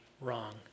wrong